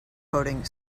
coding